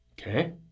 Okay